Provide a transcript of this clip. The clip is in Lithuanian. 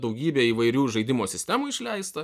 daugybė įvairių žaidimo sistemų išleista